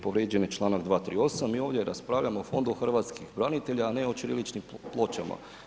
Povrijeđen je čl. 238., mi ovdje raspravljamo o Fondu hrvatskih branitelja, a ne o ćiriličnim pločama.